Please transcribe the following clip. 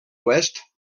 oest